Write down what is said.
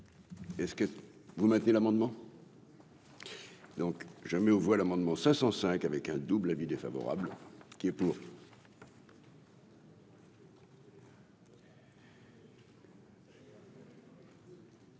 Est-ce que vous mettez l'amendement donc je mets aux voix l'amendement 505 avec un double avis défavorable qui est pour.